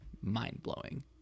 mind-blowing